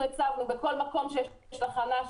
אנחנו הצבנו בכל מקום שיש בו תחנה,